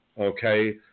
Okay